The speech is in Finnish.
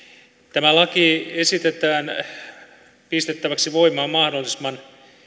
tämä laki esitetään pistettäväksi voimaan mahdollisimman